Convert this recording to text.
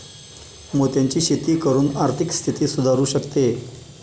मोत्यांची शेती करून आर्थिक स्थिती सुधारु शकते